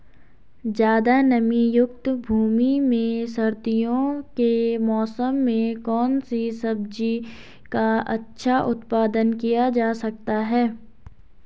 ज़्यादा नमीयुक्त भूमि में सर्दियों के मौसम में कौन सी सब्जी का अच्छा उत्पादन किया जा सकता है?